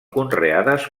conreades